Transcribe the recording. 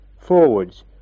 Forwards